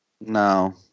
No